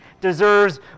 deserves